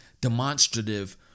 demonstrative